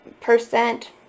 percent